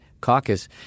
caucus